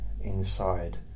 inside